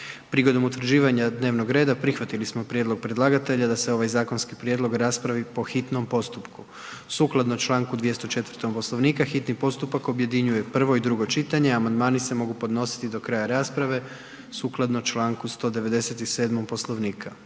Prigodom utvrđivanja dnevnog reda prihvatili smo prijedlog predlagatelja da se ovaj zakonski prijedlog raspravi po hitnom postupku. Sukladno članku 204. Poslovnika hitni postupak objedinjuje prvo i drugo čitanje, a amandmani se mogu podnositi do kraja rasprave, sukladno članku 197. Poslovnika.